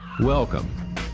Welcome